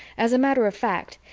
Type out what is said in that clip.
as a matter of fact,